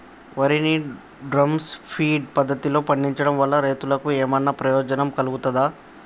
వరి ని drum feed పద్ధతిలో పండించడం వల్ల రైతులకు ఏమన్నా ప్రయోజనం కలుగుతదా?